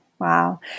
Wow